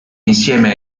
insieme